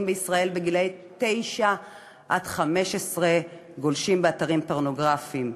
גילאי 9 15 בישראל גולשים באתרים פורנוגרפיים.